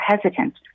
hesitant